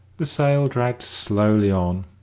the sale dragged slowly on,